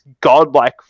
godlike